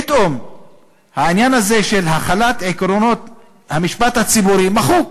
פתאום העניין הזה של החלת עקרונות המשפט הציבורי מחוק.